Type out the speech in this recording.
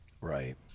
Right